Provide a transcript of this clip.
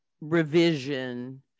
revision